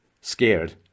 Scared